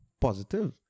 positive